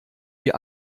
wie